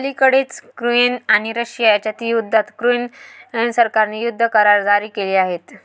अलिकडेच युक्रेन आणि रशिया यांच्यातील युद्धात युक्रेन सरकारने युद्ध करार जारी केले आहेत